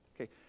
okay